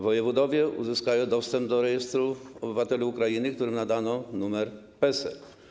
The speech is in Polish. Wojewodowie uzyskają dostęp do rejestru obywateli Ukrainy, którym nadano numer PESEL.